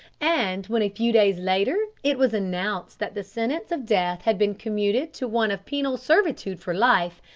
and when a few days later it was announced that the sentence of death had been commuted to one of penal servitude for life,